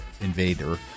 invader